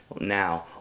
now